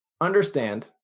understand